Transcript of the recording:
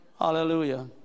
Hallelujah